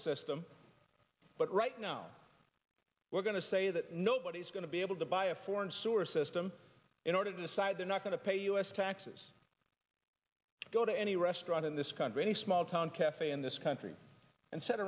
system but right now we're going to say that nobody's going to be able to buy a foreign source system in order to decide they're not going to pay us taxes go to any restaurant in this country any small town cafe in this country and s